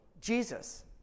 Jesus